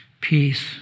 peace